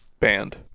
banned